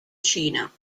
cina